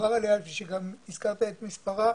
שדובר עליה, ושגם הזכרת את מספרה,